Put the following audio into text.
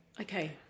Okay